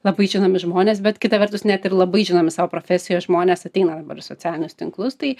labai žinomi žmonės bet kita vertus net ir labai žinomi savo profesijos žmonės ateina dabar į socialinius tinklus tai